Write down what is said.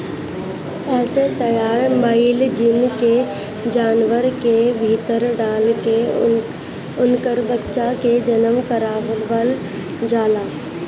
एसे तैयार भईल जीन के जानवर के भीतर डाल के उनकर बच्चा के जनम करवावल जाला